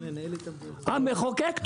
המחוקק,